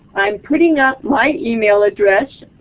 i am putting up my email address.